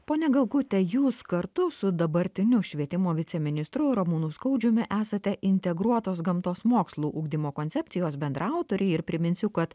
ponia galkute jūs kartu su dabartiniu švietimo viceministru ramūnu skaudžiumi esate integruotos gamtos mokslų ugdymo koncepcijos bendraautoriai ir priminsiu kad